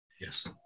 Yes